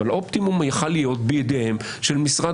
אבל האופטימום יכל להיות בידיהם של משרד